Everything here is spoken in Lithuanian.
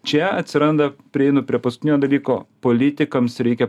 čia atsiranda prieinu prie paskutinio dalyko politikams reikia